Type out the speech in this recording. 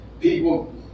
people